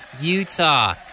Utah